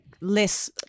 less